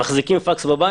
הם מחזיקים פקס בבית?